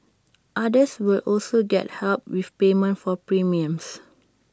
others will also get help with payment for premiums